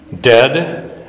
dead